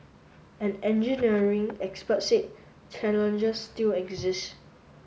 an engineering expert said challenges still exist